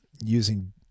using